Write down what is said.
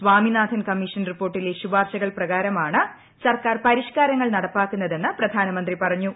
Swaminathan commission റിപ്പോർട്ടിലെ ശുപാർശകൾ പ്രകാരമാണ് സ്ർക്കാർ പരിഷ്ക്കാരങ്ങൾ നടപ്പാക്കുന്നതെന്ന് പ്രധാന്മ്ന്ത്രി പറഞ്ഞു